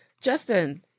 Justin